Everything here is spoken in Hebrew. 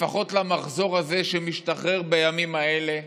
לפחות למחזור הזה שמשתחרר בימים האלה,